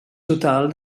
total